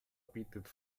bietet